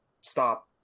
Stop